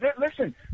listen